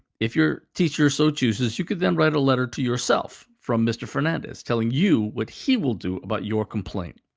if your teacher so chooses, you could then write a letter to yourself, from mr. fernandez, telling you what he will do about your complaint.